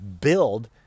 build